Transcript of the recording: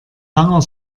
langer